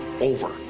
over